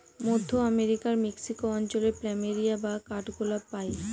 মধ্য আমেরিকার মেক্সিকো অঞ্চলে প্ল্যামেরিয়া বা কাঠগোলাপ পাই